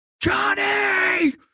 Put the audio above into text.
Johnny